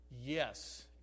Yes